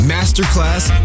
Masterclass